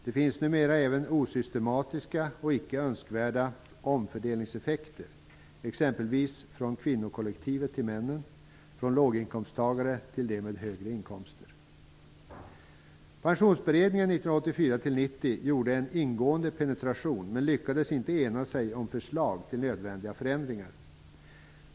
Det finns numera även osystematiska och icke önskvärda omfördelningseffekter, exempelvis från kvinnokollektivet till männen och från låginkomsttagare till dem med högre inkomster. en ingående penetration, men lyckades inte enas om förslag till nödvändiga förändringar.